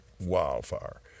wildfire